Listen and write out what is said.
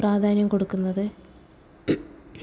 പ്രാധാന്യം കൊടുക്കുന്നത്